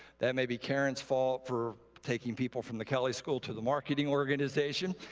that may be karen's fault for taking people from the kelley school to the marketing organization.